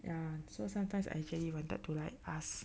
ya so sometimes I actually wanted to like ask